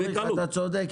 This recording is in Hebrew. אתה צודק,